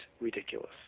ridiculous